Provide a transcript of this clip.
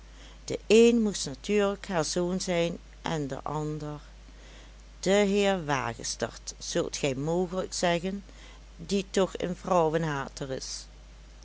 de een moest natuurlijk haar zoon zijn en de ander de heer wagestert zult gij mogelijk zeggen die toch een vrouwenhater is